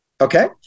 okay